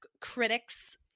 critics